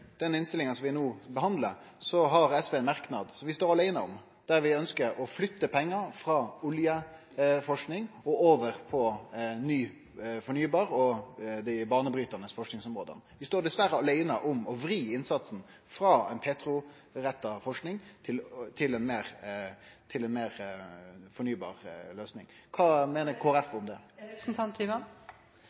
den innstillinga som vi no behandlar, har SV ein merknad som vi står aleine om, der vi ønskjer å flytte pengar frå oljeforsking og over til ny fornybar og dei banebrytande forskingsområda. Vi står dessverre aleine om å vri innsatsen frå petroretta forsking til ei meir fornybar løysing. Kva meiner Kristeleg Folkeparti om